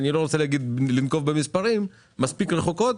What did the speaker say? מספיק רחוקות,